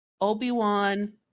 Obi-Wan